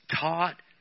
taught